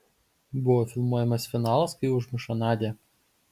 buvo filmuojamas finalas kai užmuša nadią